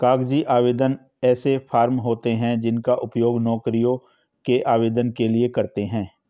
कागजी आवेदन ऐसे फॉर्म होते हैं जिनका उपयोग नौकरियों के आवेदन के लिए करते हैं